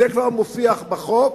זה כבר מופיע בחוק,